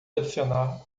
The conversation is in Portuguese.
adicionar